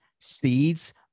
seeds